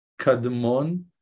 kadmon